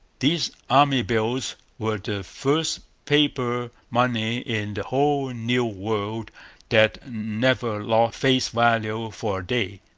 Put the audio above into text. these army bills were the first paper money in the whole new world that never lost face value for a day,